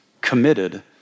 committed